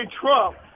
Trump